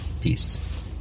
Peace